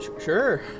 Sure